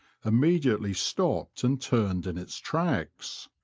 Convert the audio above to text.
immediately stopped and turned in its tracks.